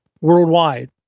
worldwide